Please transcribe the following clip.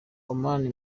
oman